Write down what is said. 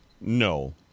no